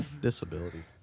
disabilities